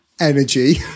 energy